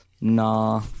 nah